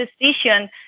decision